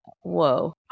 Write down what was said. Whoa